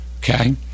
Okay